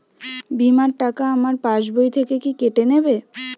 বিমার টাকা আমার পাশ বই থেকে কি কেটে নেবে?